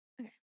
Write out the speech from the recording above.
Okay